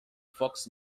fox